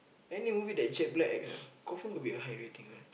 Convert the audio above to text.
any movie that Jack-Black acts ah confirm will be a high rating one